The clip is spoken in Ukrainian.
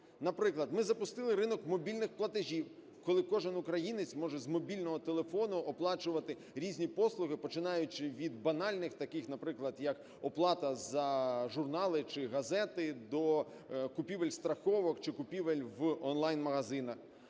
Наприклад, ми запустили ринок мобільних платежів, коли кожен українець може з мобільного телефону оплачувати різні послуги, починаючи від банальних таких, наприклад, як оплата за журнали чи газети, до купівель страховок чи купівель в онлайн-магазинах.